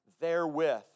therewith